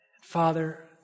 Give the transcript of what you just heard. Father